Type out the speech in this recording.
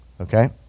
okay